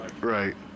Right